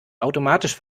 automatisch